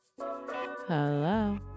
Hello